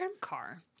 car